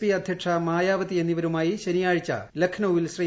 P അധ്യക്ഷ മായാവതി എന്നിവരുമായി ശനിയാഴ്ച ലക്നൌവിൽ ശ്രീ